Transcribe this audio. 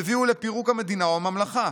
והביאו לפירוק המדינה או הממלכה?